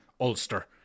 Ulster